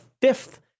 fifth